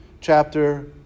chapter